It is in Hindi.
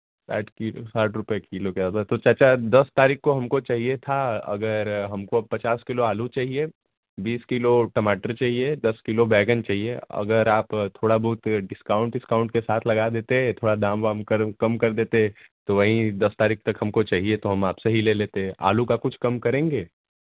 साठ किलो साठ रुपये किलो ज़्यादा तो चाचा दस तारीख़ को हमको चाहिए था अगर हमको अब पचास किलो आलू चाहिए बीस किलो टमाटर चाहिए दस किलो बैंगन चाहिए अगर आप थोड़ा बहुत डिस्काउंट विस्काउंट के साथ लगा देते थोड़ा दाम वाम कम कर देते तो वहीं दस तारीख़ तक हमको चाहिए तो हम आप से ही ले लेते आलू का कुछ कम करेंगे